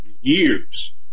years